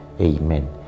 amen